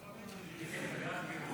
הצעת החוק הזאת מאוד מאוד